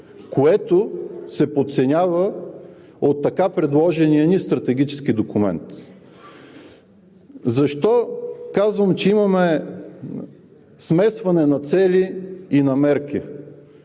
което се подценява от така предложения ни стратегически документ. Защо казвам, че имаме смесване на цели и на мерки?